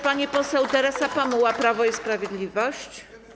Pani poseł Teresa Pamuła, Prawo i Sprawiedliwość.